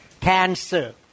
cancer